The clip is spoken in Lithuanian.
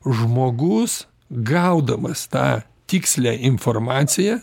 žmogus gaudamas tą tikslią informaciją